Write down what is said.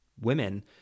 women